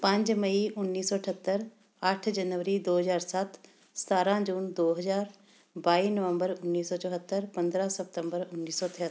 ਪੰਜ ਮਈ ਉੱਨੀ ਸੌ ਅਠੱਤਰ ਅੱਠ ਜਨਵਰੀ ਦੋ ਹਜ਼ਾਰ ਸੱਤ ਸਤਾਰਾਂ ਜੂਨ ਦੋ ਹਜ਼ਾਰ ਬਾਈ ਨਵੰਬਰ ਉੱਨੀ ਸੌ ਚੁਹੱਤਰ ਪੰਦਰਾਂ ਸਪਤੰਬਰ ਉੱਨੀ ਸੌ ਤੇਹੱਤਰ